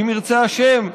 אם ירצה השם,